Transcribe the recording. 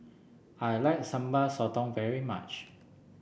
I like Sambal Sotong very much